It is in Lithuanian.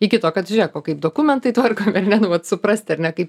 iki to kad žiūrėkva kaip dokumentai tvarkomi ar ne nu vat suprasti ar ne kaip